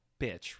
bitch